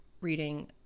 reading